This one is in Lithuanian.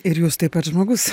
ir jūs taip pat žmogus